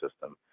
system